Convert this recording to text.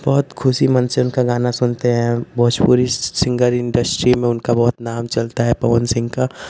बहुत खुशी मन से उनका गाना सुनते हैं भोजपुरी सिंगर इंडस्ट्री में उनका बहुत नाम चलता है पवन सिंह का